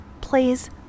Please